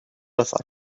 with